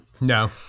no